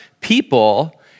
people